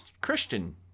Christian